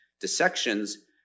dissections